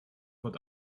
wird